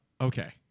okay